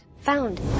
Found